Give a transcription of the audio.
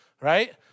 right